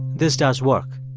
this does work.